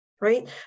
right